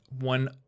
one